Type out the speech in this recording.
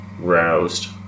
roused